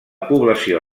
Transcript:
població